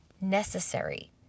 necessary